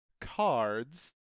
cards